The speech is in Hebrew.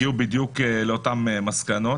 הגיעו בדיוק לאותן מסקנות.